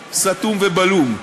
סתום-בלום.